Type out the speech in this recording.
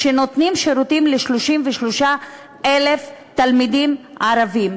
שנותנים שירותים ל-33,000 תלמידים ערבים,